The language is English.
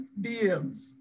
DMs